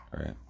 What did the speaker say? right